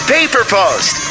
PaperPost